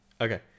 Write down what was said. okay